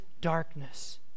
darkness